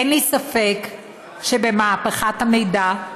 אין לי ספק שבמהפכת המידע,